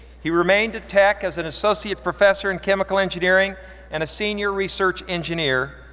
he remained at tech as an associate professor in chemical engineering and a senior research engineer,